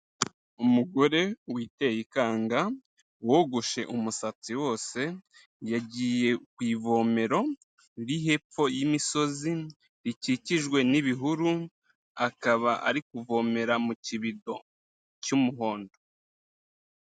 Umugore witeye ikanga, wogoshe umusatsi wose, yagiye ku ivomero riri hepfo y'imisozi, rikikijwe n'ibihuru, akaba ari kuvomera mu kibido cy'umuhondo.